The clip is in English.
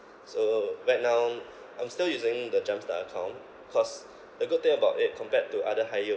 so right now I'm still using the jumpstart account cause the good thing about it compared to other higher